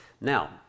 Now